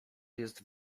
jest